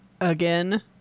Again